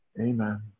Amen